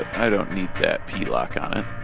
i don't need that p-lock on it